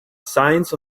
signs